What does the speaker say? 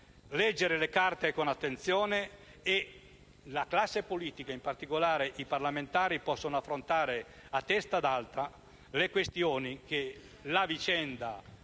leggere le carte con attenzione e la classe politica, in particolare i parlamentari, potrà affrontare a testa alta le questioni che la vicenda